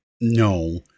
no